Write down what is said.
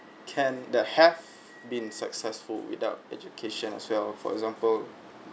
can that have been successful without education as well for example